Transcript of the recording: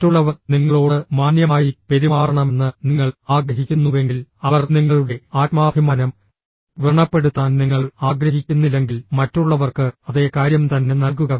മറ്റുള്ളവർ നിങ്ങളോട് മാന്യമായി പെരുമാറണമെന്ന് നിങ്ങൾ ആഗ്രഹിക്കുന്നുവെങ്കിൽ അവർ നിങ്ങളുടെ ആത്മാഭിമാനം വ്രണപ്പെടുത്താൻ നിങ്ങൾ ആഗ്രഹിക്കുന്നില്ലെങ്കിൽ മറ്റുള്ളവർക്ക് അതേ കാര്യം തന്നെ നൽകുക